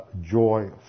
joy